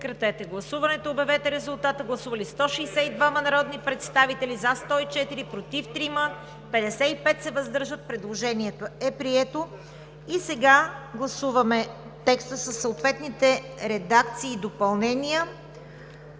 Сега гласуваме текста със съответните редакции и допълнения.